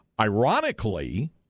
ironically